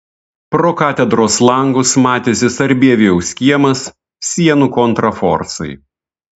pro katedros langus matėsi sarbievijaus kiemas sienų kontraforsai